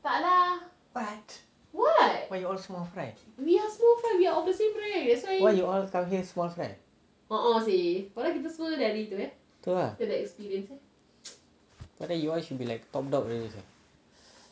but why why you all small fry why you all come here small fry tu ah I thought you all should be like top dog already